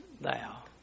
thou